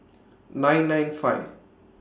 nine nine five